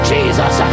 Jesus